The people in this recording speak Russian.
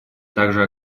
также